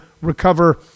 recover